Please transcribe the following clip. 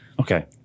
Okay